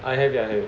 I have it I have it